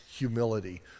humility